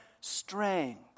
strength